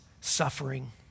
suffering